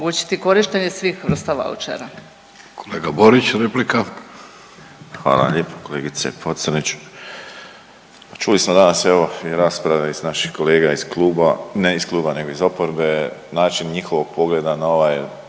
Kolega Borić, replika.